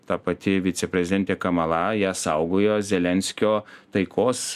ta pati viceprezidentė kamala ją saugojo zelenskio taikos